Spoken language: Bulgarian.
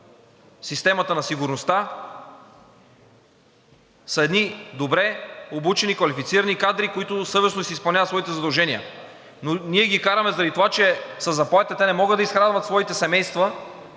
системата на сигурността, са едни добре обучени квалифицирани кадри, които съвестно изпълняват своите задължения. Но ние ги караме заради това, че със заплатите си те не могат да изхранват своите семейства,